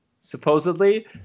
supposedly